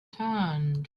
turned